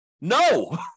No